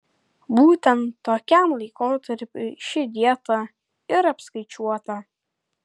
būtent tokiam laikotarpiui ši dieta ir apskaičiuota